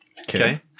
Okay